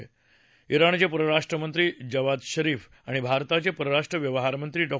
त्राणचे परराष्ट्रमंत्री Javad Zarif आणि भारताचे परराष्ट्र व्यवहारमंत्री डॉ